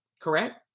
Correct